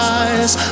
eyes